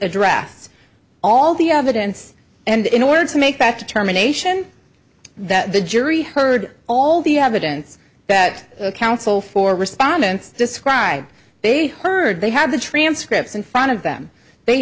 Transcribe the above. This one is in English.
addressed all the evidence and in order to make that determination that the jury heard all the evidence that counsel for respondents described they heard they have the transcripts in front of them they